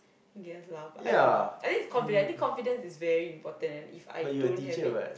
I guess lah I think is confidence I think confidence is very important If I don't have it